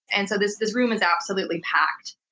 and so this this room is absolutely packed,